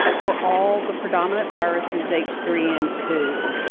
for all the predominant viruses h three n two.